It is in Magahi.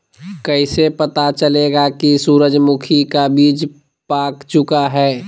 कैसे पता चलेगा की सूरजमुखी का बिज पाक चूका है?